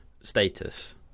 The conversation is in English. status